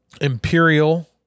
Imperial